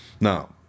Now